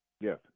Yes